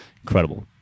Incredible